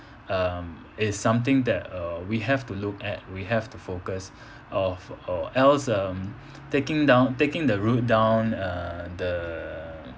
um is something that uh we have to look at we have to focus of or else um taking down taking the route down uh the